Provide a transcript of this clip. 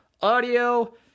audio